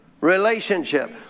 Relationship